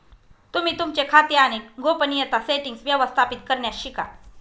तुम्ही तुमचे खाते आणि गोपनीयता सेटीन्ग्स व्यवस्थापित करण्यास शिका